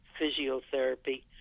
physiotherapy